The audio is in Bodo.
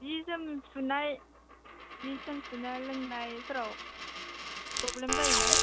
जि जोम सुनाय जि जोम सुनाय लोंनायफोराव प्रब्लेम जायो ना